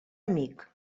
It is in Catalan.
amic